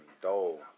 dull